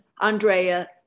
Andrea